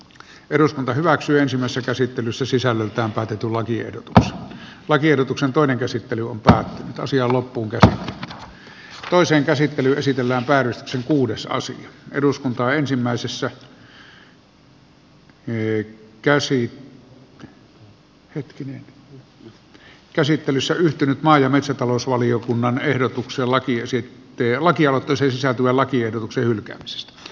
eduskunta hyväksyy ensimmäistä käsittelyssä sisällöltään päätä tulotiedot jos lakiehdotuksen toinen käsittely on päättynyt osia loppuun ja loi sen käsittely esitellä värtsi kuudesosa eduskuntaa ensimmäisessä käsittelyssä yhtynyt maa ja metsätalousvaliokunnan ehdotukseen kansalaisaloitteeseen sisältyvän lakiehdotuksen hylkäämisestä